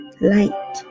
light